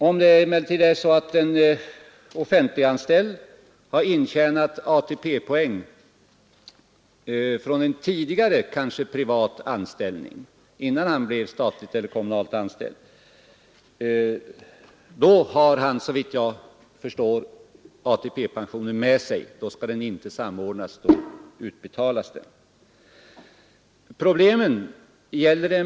Om emellertid en offentliganställd har intjänat ATP-poäng i en tidigare kanske privat anställning, tar han, såvitt jag förstår, ATP-pensionen med sig — det sker dock ingen samordning utan ATP-pensionen betalas ut.